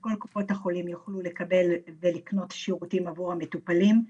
שכל קופות החולים יוכלו לקבל ולקנות שם שירותים עבור המטופלים,